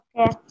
Okay